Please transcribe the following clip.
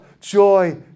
joy